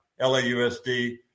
LAUSD